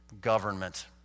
government